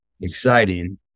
exciting